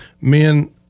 men